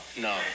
no